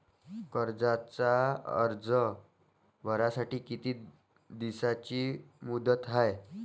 कर्जाचा अर्ज भरासाठी किती दिसाची मुदत हाय?